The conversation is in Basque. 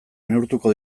neurtuko